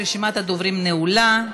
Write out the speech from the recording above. רשימת הדוברים נעולה,